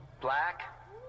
black